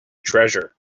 treasure